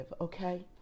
okay